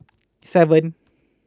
seven